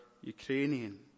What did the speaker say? Ukrainian